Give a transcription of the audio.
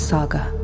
Saga